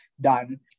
done